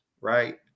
right